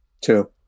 Two